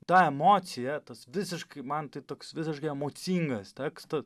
ta emocija tas visiškai man tai toks visiškai emocingas tekstas